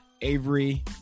Avery